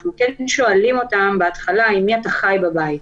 אנחנו שואלים אותם בהתחלה עם מי הם חיים בבית,